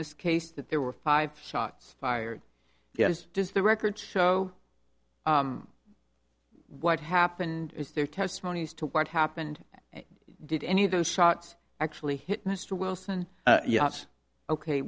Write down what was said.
this case that there were five shots fired yes does the record show what happened is their testimony as to what happened did any of those shots actually hit mr wilson yeah it's ok